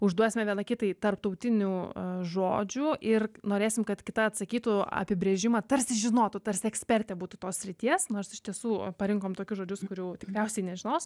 užduosime viena kitai tarptautinių žodžių ir norėsim kad kita atsakytų apibrėžimą tarsi žinotų tarsi ekspertė būtų tos srities nors iš tiesų parinkom tokius žodžius kurių tikriausiai nežinos